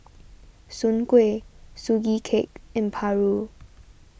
Soon Kuih Sugee Cake and Paru